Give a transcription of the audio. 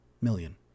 million